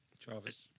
Travis